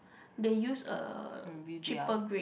they use a cheaper grade